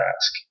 ask